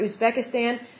Uzbekistan